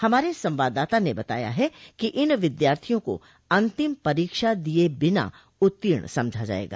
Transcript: हमारे संवाददाता ने बताया है कि इन विद्यार्थियों को अंतिम परीक्षा दिए बिना उत्तीर्ण समझा जाएगा